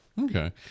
Okay